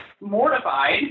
mortified